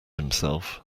himself